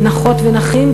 נכות ונכים,